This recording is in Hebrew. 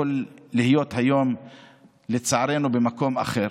יכול היה להיות היום לצערנו במקום אחר.